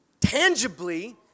tangibly